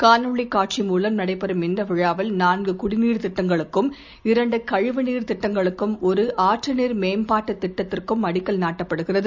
காணொளி காட்சி மூலம் நடைபெறம் இந்த விழாவில் நான்கு குடிநீர் திட்டங்களுக்கும் இரண்டு கழிவு நீர் திட்டங்களுக்கும் ஒரு ஆற்று நீர் மேம்பாட்டுத் திட்டத்திற்கும் அடிக்கல் நாட்டப்டுகிறது